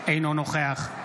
בעד גלעד קריב, נגד שלמה קרעי,